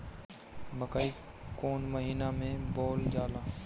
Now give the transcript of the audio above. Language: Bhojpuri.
मकई कौन महीना मे बोअल जाला?